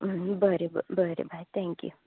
बरें बरें bye thank you